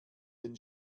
den